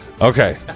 Okay